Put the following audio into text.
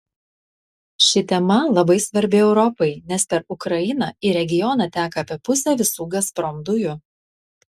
ši tema labai svarbi europai nes per ukrainą į regioną teka apie pusę visų gazprom dujų